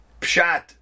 pshat